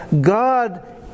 God